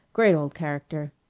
great old character.